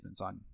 on